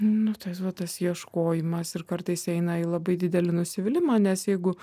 nu tai va tas ieškojimas ir kartais eina į labai didelį nusivylimą nes jeigu